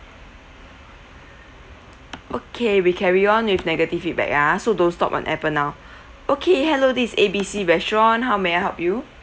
okay we carry on with negative feedback ah so don't stop on appen now okay hello this is A B C restaurant how may I help you